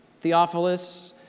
Theophilus